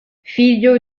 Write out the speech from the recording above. figlio